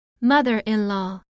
Mother-in-law